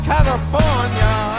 California